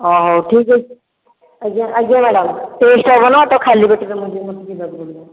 ଅ ହେଉ ଠିକ ଅଛି ଆଜ୍ଞା ମ୍ୟାଡ଼ାମ ଟେଷ୍ଟ ହବନା ମୁଁ ଖାଲି ପେଟରେ ଯିବି ମୋତେ ଯିବାକୁ ପଡ଼ିବ